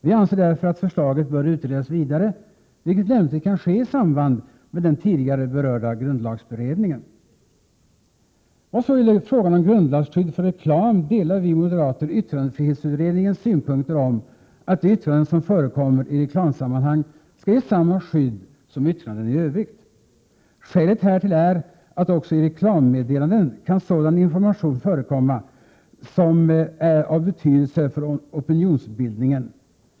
Vi anser därför att förslaget bör utredas vidare, vilket lämpligen kan ske i samband med den tidigare berörda grundlagsberedningen. Vad så gäller frågan om grundlagsskydd för reklam delar vi moderater yttrandefrihetsutredningens synpunkter om att de yttranden som förekommer i reklamsammanhang skall ges samma skydd som yttranden i övrigt. Skälet härtill är att också i reklammeddelanden kan sådan information förekomma som är av betydelse för opinionsbildningen.